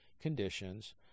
conditions